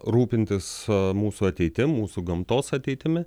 rūpintis mūsų ateitim mūsų gamtos ateitimi